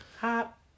Hop